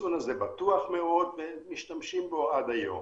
החיסון הזה בטוח מאוד ומשתמשים בו עד היום.